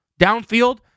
downfield